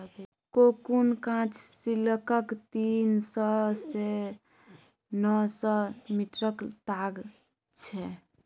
cocoon काँच सिल्कक तीन सय सँ नौ सय मीटरक ताग छै